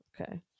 Okay